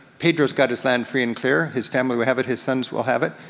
pedro's got his land free and clear, his family will have it, his sons will have it.